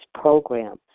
program